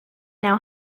now